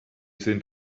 sind